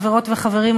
חברות וחברים,